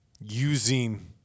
using